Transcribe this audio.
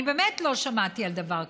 אני באמת לא שמעתי על דבר כזה.